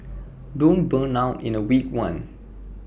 don't burn out in A week one